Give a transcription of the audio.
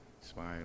Smile